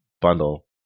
bundle